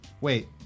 Wait